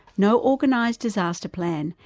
no organised disaster plan,